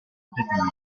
aspettative